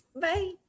Bye